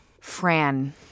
Fran